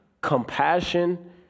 compassion